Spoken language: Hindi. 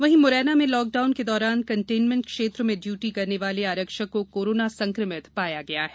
वहीं मुरैना में लॉकडाउन के दौरान कंटेनमेंट क्षेत्र में ड्यूटी करने वाले आरक्षक को कोरोना संकमित पाया गया है